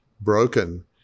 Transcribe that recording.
broken